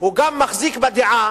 הוא גם מחזיק בדעה